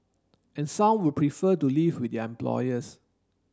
and some would prefer to live with their employers